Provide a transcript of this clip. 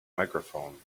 microphone